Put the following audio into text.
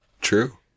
True